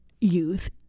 youth